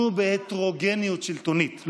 התאפיינו בהטרוגניות שלטונית.